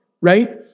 right